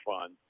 fun